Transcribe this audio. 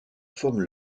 forme